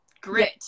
grit